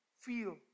feel